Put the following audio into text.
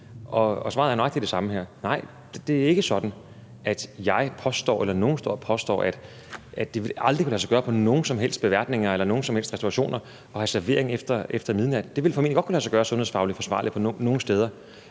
og svaret er nøjagtig det samme her: Nej, det er ikke sådan, at jeg påstår, eller at nogen står og påstår, at det aldrig vil kunne lade sig gøre på nogen som helst beværtninger eller nogen som helst restaurationer at have servering efter midnat. Det vil formentlig godt kunne lade sig gøre sundhedsfagligt forsvarligt nogle steder,